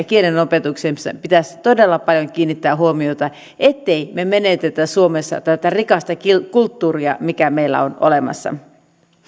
kielenopetukseensa pitäisi todella paljon kiinnittää huomiota ettemme me menetä suomessa tätä rikasta kulttuuria mikä meillä on olemassa